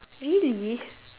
really